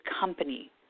company